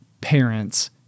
parents